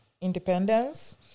Independence